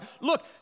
look